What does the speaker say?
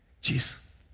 Jesus